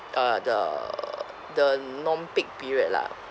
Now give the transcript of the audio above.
uh the the non peak period lah